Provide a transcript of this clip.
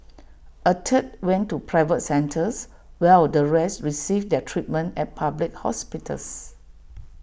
A third went to private centres while the rest received their treatment at public hospitals